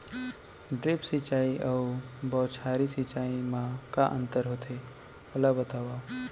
Drip सिंचाई अऊ बौछारी सिंचाई मा का अंतर होथे, ओला बतावव?